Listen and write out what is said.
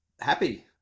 Happy